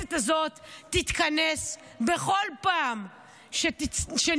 הכנסת הזאת תתכנס בכל פעם שנצטרך